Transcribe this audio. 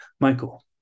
Michael